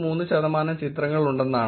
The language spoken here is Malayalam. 3 ശതമാനം ചിത്രങ്ങളുണ്ടെന്നാണ്